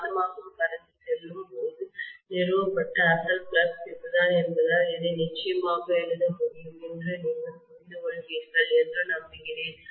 காந்தமாக்கும் கரண்ட் செல்லும் போது நிறுவப்பட்ட அசல் ஃப்ளக்ஸ் இதுதான் என்பதால் இதை நிச்சயமாக எழுத முடியும் என்று நீங்கள் புரிந்துகொள்வீர்கள் என்று நம்புகிறேன்